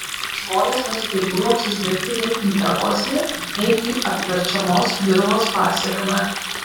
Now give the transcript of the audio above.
žmonės nesugebėjo atsižvelgti nei į eroziją nei į apverčiamos dirvos pasekmę